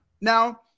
now